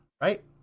right